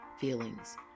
feelings